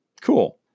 Cool